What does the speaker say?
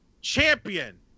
champion